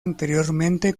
anteriormente